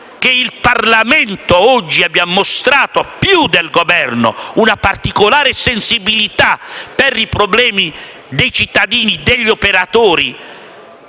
che il Parlamento oggi abbia mostrato, più del Governo, una particolare sensibilità per i problemi dei cittadini, degli operatori,